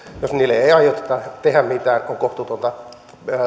jos niille ei ei aiota tehdä mitään on kohtuutonta